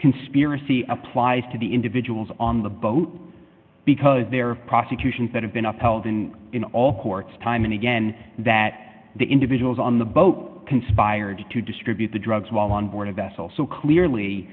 conspiracy applies to the individuals on the boat because there prosecutions that have been upheld and in all courts time and again that the individuals on the boat conspired to distribute the drugs while on board a vessel so clearly